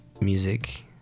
music